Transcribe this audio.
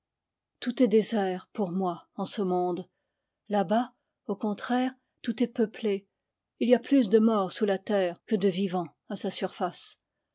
tout est désert pour moi en ce monde là-bas au contraire tout est peuplé il y a plus de morts sous la terre que de vivants à sa surface